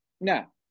Now